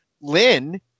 Lynn